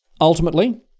ultimately